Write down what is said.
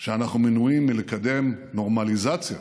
שאנחנו מנועים מלקדם נורמליזציה